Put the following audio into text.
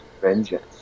vengeance